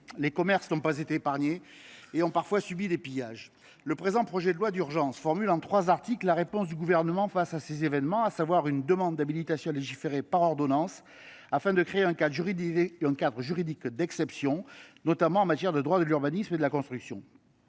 Les commerces n’ont pas été épargnés non plus : ils ont parfois subi des pillages. Le présent projet de loi d’urgence formule en trois articles la réponse du Gouvernement face à ces événements, laquelle prend la forme d’une demande d’habilitation à légiférer par ordonnance, afin de créer un cadre juridique d’exception, notamment en matière de droit de l’urbanisme et de la construction.